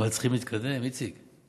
אבל צריכים להתקדם, איציק.